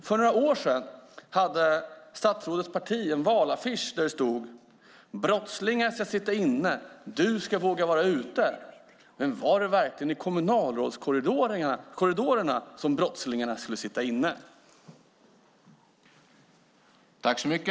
För några år sedan hade statsrådets parti en valaffisch där det stod: Brottslingar ska sitta inne. Du ska våga vara ute. Men var det verkligen i kommunalrådskorridorerna som brottslingarna skulle sitta inne?